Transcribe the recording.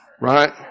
right